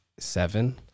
seven